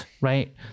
right